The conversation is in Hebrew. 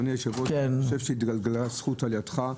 אדוני היושב-ראש, התגלגלה זכות על ידך,